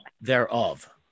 thereof